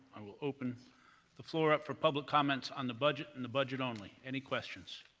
i will open the floor up for public comment on the budget and the budget only. any questions